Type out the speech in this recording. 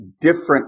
different